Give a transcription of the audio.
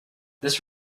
this